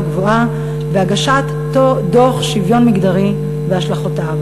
גבוהה והגשת דוח שוויון מגדרי והשלכותיו.